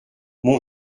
mon